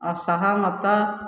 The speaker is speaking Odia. ଅସହମତ